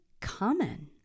common